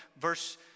verse